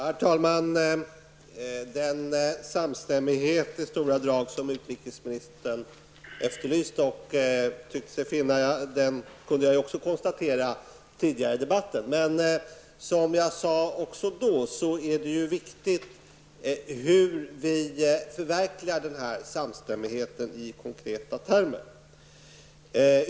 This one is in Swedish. Herr talman! Den samstämmighet i stora drag som utrikesministern efterlyste, och tyckte sig finna, kunde jag också konstatera tidigare i debatten. Men som jag sade också då, är det ju viktigt hur vi förverkligar denna samstämmighet i konkreta termer.